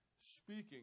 speaking